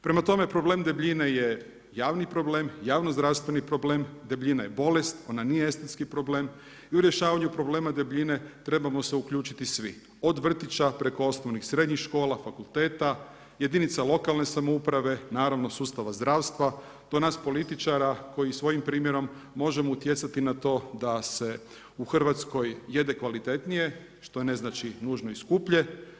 Prema tome, problem debljine je javni problem, javno-zdravstveni problem, debljina je bolest, ona nije estetski problem i u rješavanju problema debljine trebamo se uključiti svi od vrtića preko osnovnih i srednjih škola, fakulteta, jedinica lokalne samouprave, naravno sustava zdravstva do nas političara koji svojim primjerom možemo utjecati na to da se u Hrvatskoj jede kvalitetnije što ne znači nužno i skuplje.